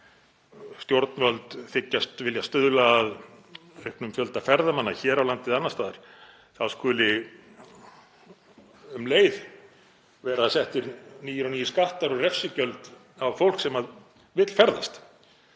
og stjórnvöld þykjast vilja stuðla að auknum fjölda ferðamanna hér á landi eða annars staðar skuli um leið vera settir nýir og nýir skattar og refsigjöld á fólk sem vill ferðast.